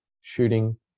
shooting